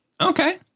Okay